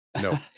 no